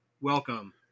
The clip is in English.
welcome